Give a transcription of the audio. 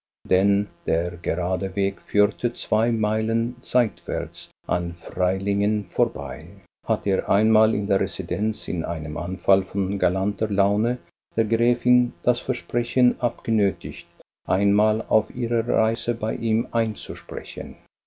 denn der gerade weg führte zwei meilen seitwärts an freilingen vorbei hatte er einmal in der residenz in einem anfall von galanter laune der gräfin das versprechen abgenötigt einmal auf ihrer reise bei ihm einzusprechen